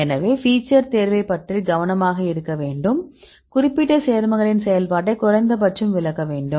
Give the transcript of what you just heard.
எனவே ஃபீச்சர் தேர்வைப் பற்றி கவனமாக இருக்க வேண்டும் குறிப்பிட்ட சேர்மங்களின் செயல்பாட்டை குறைந்தபட்சம் விளக்க வேண்டும்